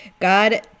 God